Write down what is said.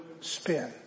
spin